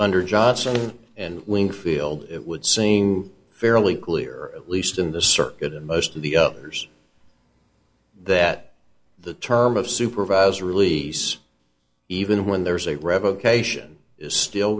under johnson and winfield it would seeing fairly clear at least in the circuit most of the others that the term of supervisor release even when there's a revocation is still